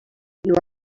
you